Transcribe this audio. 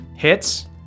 Hits